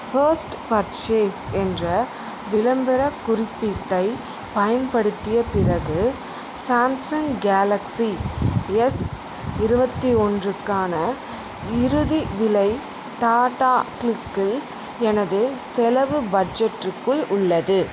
first purchase என்ற விளம்பரக் குறிப்பீட்டைப் பயன்படுத்திய பிறகு சாம்சங் கேலக்ஸி எஸ் இருபத்தி ஒன்றுக்கான இறுதி விலை டாடா க்ளிக்கில் எனது செலவு பட்ஜெட்டிற்குள் உள்ளது